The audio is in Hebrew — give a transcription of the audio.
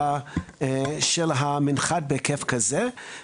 לתקן את זה או שחשבתם שזה רעיון טוב?